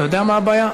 אתה יודע מה הבעיה?